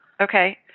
Okay